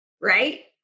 Right